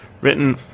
written